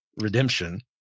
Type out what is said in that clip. redemption